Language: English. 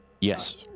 Yes